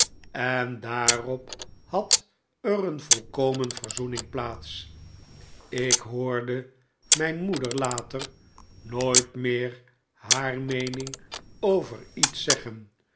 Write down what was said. en daarop had er een volkomen verzoening plaats ik hoorde mijn moeder later nooit meer haar meening over iets zeggen